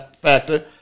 factor